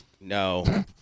No